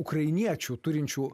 ukrainiečių turinčių